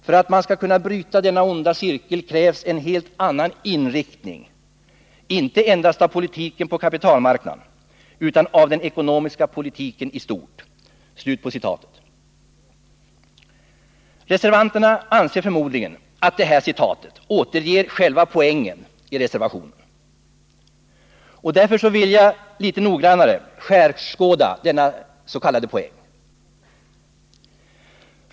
För att man skall kunna bryta denna onda cirkel krävs en helt annan inriktning inte endast av politiken på kapitalmarknaden utan av den ekonomiska politiken i stort.” Reservanterna anser förmodligen att detta citat återger själva poängen i reservationen. Därför vill jag litet noggrannare skärskåda denna s.k. poäng.